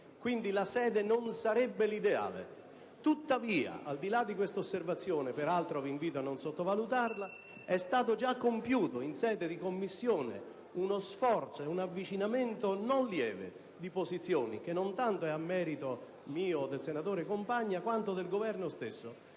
Quindi la sede non sarebbe quella ideale. Tuttavia, al di là di questa osservazione (peraltro vi invito a non sottovalutarla), è stato già compiuto in sede di Commissione uno sforzo e un avvicinamento non lieve di posizioni, che non va tanto a merito mio o del senatore Compagna quanto del Governo stesso,